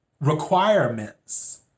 requirements